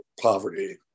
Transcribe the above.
poverty